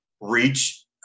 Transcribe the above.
reach